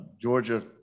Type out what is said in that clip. Georgia